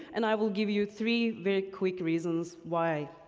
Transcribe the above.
and i will give you three very quick reasons why.